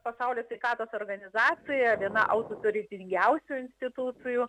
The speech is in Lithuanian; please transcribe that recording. pasaulio sveikatos organizacija viena autoritetingiausių institucijų